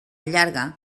llarga